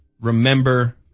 remember